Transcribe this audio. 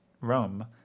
rum